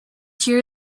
cheer